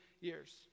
years